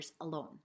alone